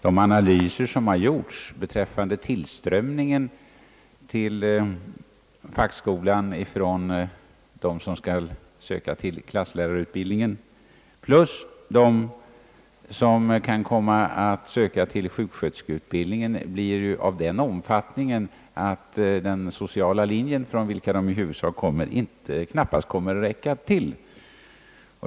De analyser som har gjorts beträffande tillströmningen till fackskolan av sökande till klasslärarutbildningen tillsammans med sökande till sjuksköterskeutbildningen visar ju, att denna blir av sådan omfattning att den sociala linjen — från vilken vederbörande i huvudsak kommer — knappast kommer att räcka till.